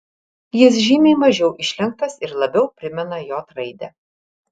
jis žymiai mažiau išlenktas ir labiau primena j raidę